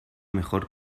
mejor